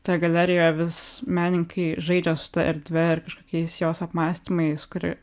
toje galerijoje vis menininkai žaidžia su ta erdve ir kažkokiais jos apmąstymais kuri